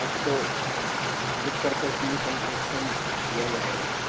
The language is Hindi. आपको बुक करते समय कंसेक्सन दिया जाएगा